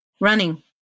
Running